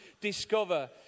discover